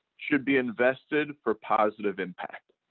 should be invested for positive impact.